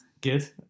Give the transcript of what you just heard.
Good